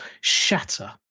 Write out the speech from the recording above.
shatter